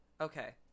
Okay